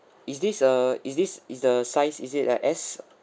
is this a is this is the size is it like s